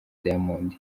diamond